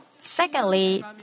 Secondly